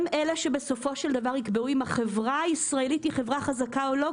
הם אלה שבסופו של דבר יקבעו אם החברה הישראלית היא חברה חזקה או לא,